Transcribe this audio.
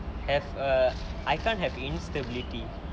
have a I can't have instability